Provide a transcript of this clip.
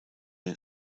den